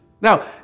Now